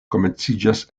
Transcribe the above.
komenciĝas